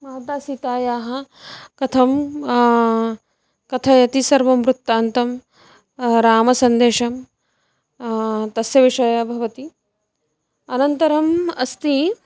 माता सीतायाः कथं कथयति सर्वं वृत्तान्तं रामसन्देशं तस्य विषये भवति अनन्तरम् अस्ति